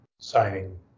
signing